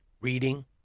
reading